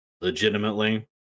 legitimately